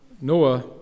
Noah